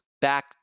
back